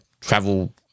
travel